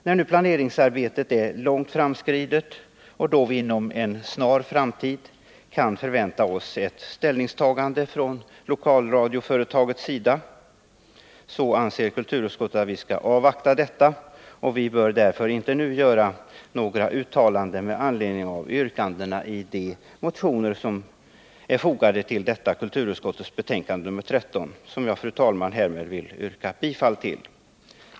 När nu planeringsarbetet är så långt framskridet och då vi inom en snar framtid kan förvänta oss ett ställningstagande från lokalradioföretagets sida, anser kulturutskottet att vi skall avvakta detta. Vi bör därför inte nu göra några uttalanden med anledning av yrkandena i de motioner som är fogade till detta kulturutskottsbetänkande nr 13, som jag, fru talman, härmed vill yrka bifall till.